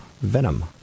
Venom